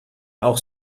auch